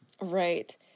Right